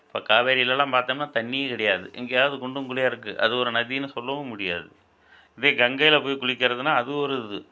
இப்போ காவேரிலெல்லாம் பார்த்தோம்னா தண்ணியே கிடயாது எங்கேயாவது குண்டும் குழியா இருக்குது அது ஒரு நதினு சொல்லவும் முடியாது இதே கங்கையில் போய் குளிக்கிறதுனால் அது ஒரு இது